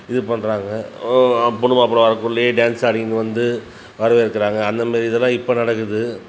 இது பண்ணுறாங்க பொண்ணு மாப்பிள வரக்குள்ளே டேன்ஸ் ஆடினு வந்து வரவேற்கிறாங்க அந்தமாரி இதெல்லாம் இப்போ நடக்குது